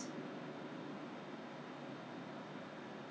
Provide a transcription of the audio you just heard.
err 我我不知道他在那里跟我买的 ah so in the end 买回来